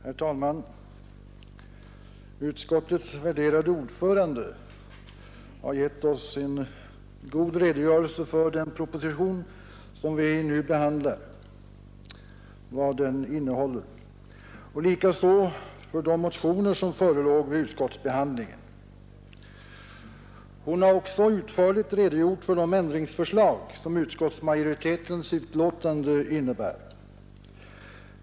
Herr talman! Utskottets värderade ordförande har gett oss en god redogörelse för vad den proposition som vi nu behandlar innehåller och likaså för de motioner som förelåg vid utskottsbehandlingen. Hon har också utförligt redogjort för de ändringsförslag som utskottsmajoritetens betänkande innebär.